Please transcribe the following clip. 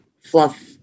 fluff